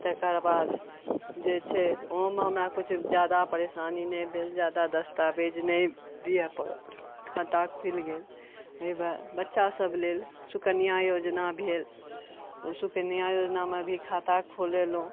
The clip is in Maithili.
तेकर बाद जे छै ओहोमे हमरा किछु जादा परेशानी नहि भेल जादा दस्ताबेज नहि दिए पड़ल खाता खुलि गेल ओहिमे बच्चा सब लेल शुकन्या योजना भेल ओ शुकन्या योजनामे भी खाता खोलेलहुॅं